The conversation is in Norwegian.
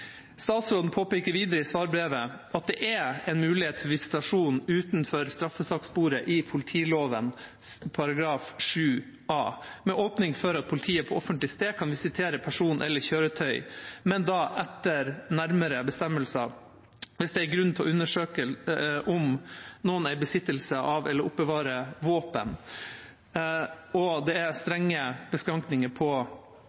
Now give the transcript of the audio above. Statsråden påpeker videre i svarbrevet at det er en mulighet for visitasjon utenfor straffesakssporet i politiloven § 7 a, med åpning for at politiet på offentlig sted kan visitere person eller kjøretøy, men da etter nærmere bestemmelser hvis det er grunn til å undersøke om noen er i besittelse av eller oppbevarer våpen. Det er strenge beskrankninger på denne muligheten. Det er